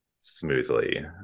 smoothly